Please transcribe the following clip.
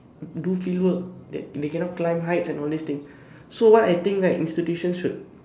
do field work that they cannot climb heights and all this thing so what I think right institution should